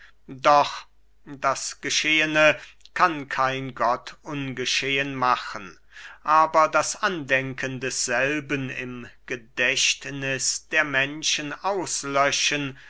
doch das geschehene kann kein gott ungeschehen machen aber das andenken desselben im gedächtniß der menschen auslöschen